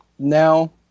Now